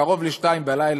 קרוב ל-02:00,